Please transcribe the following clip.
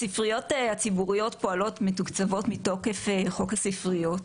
הספריות הציבוריות מתוקצבות מתוקף חוק הספריות.